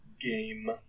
game